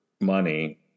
money